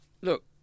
look